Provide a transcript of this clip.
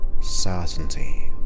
certainty